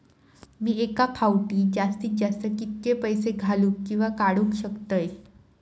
मी एका फाउटी जास्तीत जास्त कितके पैसे घालूक किवा काडूक शकतय?